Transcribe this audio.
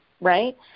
right